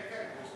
כן, כן.